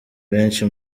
benshi